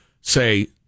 say